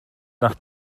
nach